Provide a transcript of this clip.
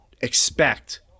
expect